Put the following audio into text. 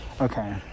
okay